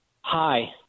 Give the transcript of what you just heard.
Hi